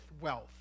wealth